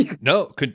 No